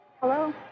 Hello